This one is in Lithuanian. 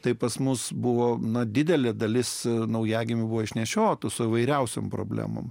tai pas mus buvo na didelė dalis naujagimių buvo išnešiotų su įvairiausiom problemom